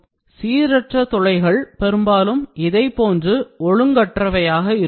மற்றும் சீரற்ற துளைகள் பெரும்பாலும் இதைபோன்று ஒழுங்கற்றவையாக இருக்கும்